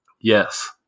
Yes